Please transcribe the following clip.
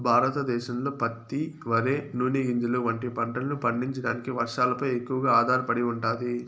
భారతదేశంలో పత్తి, వరి, నూనె గింజలు వంటి పంటలను పండించడానికి వర్షాలపై ఎక్కువగా ఆధారపడి ఉంటాది